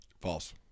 False